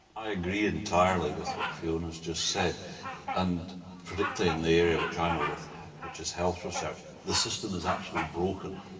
i agree entirely with what fiona's just said and particularly in the area which i know which is health research, the system is actually broken.